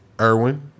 Irwin